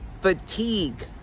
fatigue